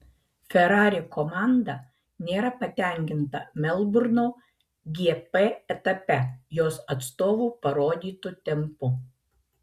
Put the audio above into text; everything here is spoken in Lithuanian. ferrari komanda nėra patenkinta melburno gp etape jos atstovų parodytu tempu